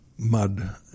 mud